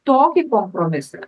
tokį kompromisą